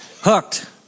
Hooked